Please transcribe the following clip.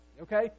okay